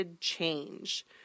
change